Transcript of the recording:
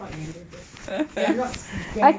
fuck man that zack okay lah not that